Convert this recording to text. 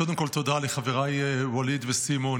קודם כול תודה לחבריי ואליד וסימון